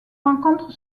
rencontre